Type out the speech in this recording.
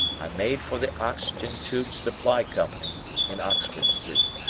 i made for the oxygen tube supply company in oxford street.